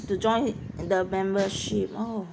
to join the membership oh